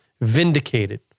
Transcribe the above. Vindicated